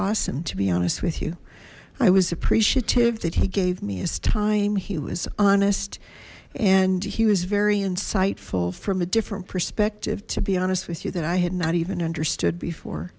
awesome to be honest with you i was appreciative that he gave me his time he was honest and he was very insightful from a different perspective to be honest with you that i had not even understood before